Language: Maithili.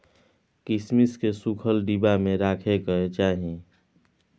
किशमिश केँ सुखल डिब्बा मे राखे कय चाही